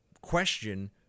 question